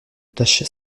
tache